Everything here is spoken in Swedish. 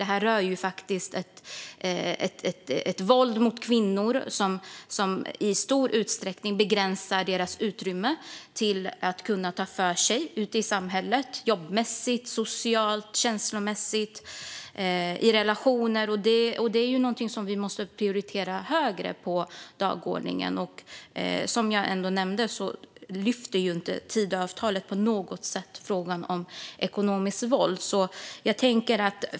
Det här rör ju faktiskt våld mot kvinnor som i stor utsträckning begränsar deras utrymme att ta för sig ute i samhället jobbmässigt, socialt, känslomässigt och i relationer. Det är någonting som vi måste prioritera högre på dagordningen, och som jag nämnde lyfter inte Tidöavtalet på något sätt fram frågan om ekonomiskt våld.